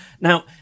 Now